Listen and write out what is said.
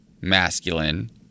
masculine